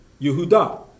Yehuda